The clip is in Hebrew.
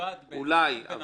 אולי.